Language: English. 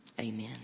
amen